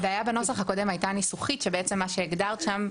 הבעיה בנוסח הקודם הייתה ניסוחית שבעצם מה שהגדרת שם,